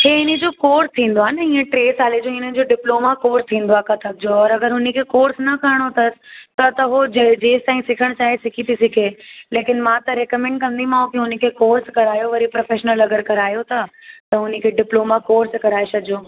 हे इनजो कोर्स थींदो आहे न ईअं टे साले जो हिनजो डिप्लोमा कोर्स थींदो आहे कत्थक जो और अगरि हुनखे कोर्स न करिणो स त त हो जे जेंसि ताईं सिखण चाहे सिखी थी सघे लेकिन मां त रिकमेंड कंदीमाव की हुनखे कोर्स करायो वरी प्रोफ़ेशनल अगरि करायो थी त हुनखे डिप्लोमा कोर्स कराए छॾिजो